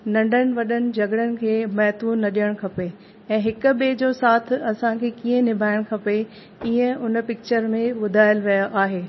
नंढनि वॾनि झगिड़नि खे महत्व न ॾिअणु खपे ऐं हिक ॿिए जो साथ असांखे कीअं निभाइणु खपे इएं हुन पिकिचर में ॿुधायलु वियो आहे